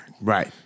Right